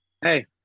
Hey